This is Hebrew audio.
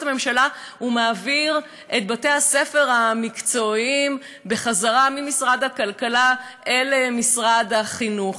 הממשלה את החזרת בתי-הספר המקצועיים ממשרד הכלכלה אל משרד החינוך.